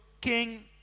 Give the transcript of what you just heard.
king